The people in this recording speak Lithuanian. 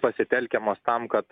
pasitelkiamos tam kad